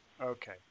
Okay